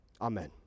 Amen